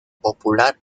popular